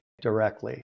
directly